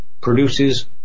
produces